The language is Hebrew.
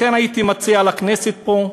לכן הייתי מציע לכנסת פה,